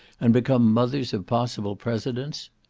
and become mothers of possible presidents?